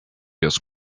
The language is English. has